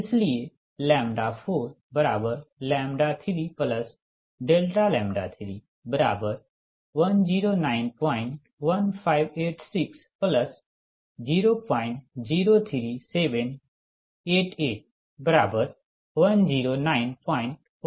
इसलिए 1091586003788109196